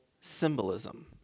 symbolism